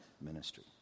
ministry